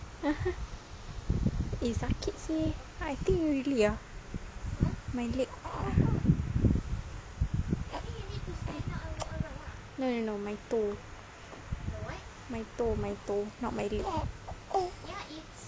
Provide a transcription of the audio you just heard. eh sakit seh I think really ah my leg no no no my toe my toe my toe not my leg